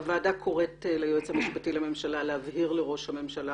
הוועדה קוראת ליועץ המשפטי לממשלה להבהיר לראש הממשלה